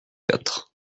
quatre